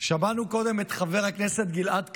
שמענו קודם את חבר הכנסת גלעד קריב,